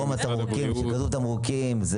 כשכתוב תמרוקים,